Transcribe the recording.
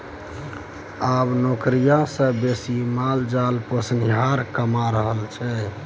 आब नौकरिया सँ बेसी माल जाल पोसनिहार कमा रहल छै